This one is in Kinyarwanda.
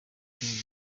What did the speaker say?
bubiligi